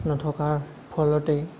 নথকাৰ ফলতেই